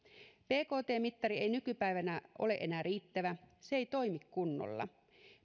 bkt mittari ei nykypäivänä ole enää riittävä se ei toimi kunnolla